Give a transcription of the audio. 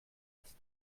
ist